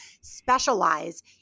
specialize